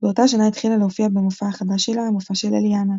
באותה השנה התחילה להופיע במופע החדש שלה "המופע של אליאנה".